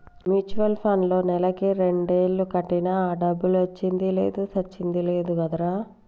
mutual పండ్లో నెలకు రెండేలు కట్టినా ఆ డబ్బులొచ్చింది లేదు సచ్చింది లేదు కదరా